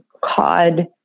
cod